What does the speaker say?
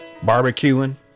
barbecuing